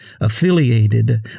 affiliated